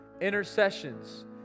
intercessions